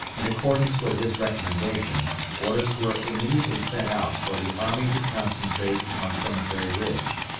in accordance with his recommendation, orders were immediately sent out for the army to concentrate on cemetery ridge.